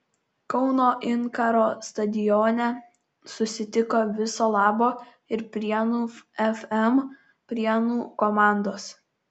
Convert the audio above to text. kauno inkaro stadione susitiko viso labo ir prienų fm prienų komandos